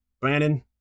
Brandon